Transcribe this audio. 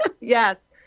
Yes